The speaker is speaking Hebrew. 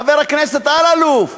חבר הכנסת אלאלוף,